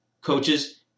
coaches